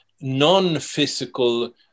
non-physical